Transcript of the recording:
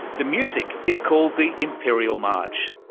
the music is called the imperial march,